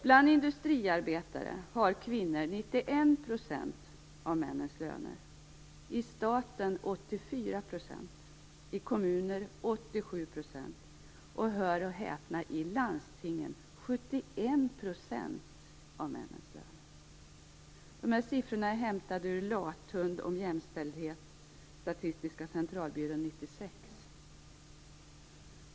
Bland industriarbetare har kvinnor 91 % och - hör och häpna - i landstingen 71 %. Siffrorna är hämtade ur Lathund om jämställdhet, Statistiska centralbyrån 1996.